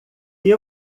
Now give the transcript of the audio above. que